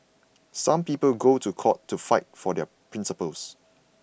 some people go to court to fight for their principles